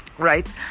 Right